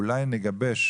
שאולי נגבש